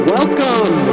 Welcome